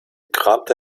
kramte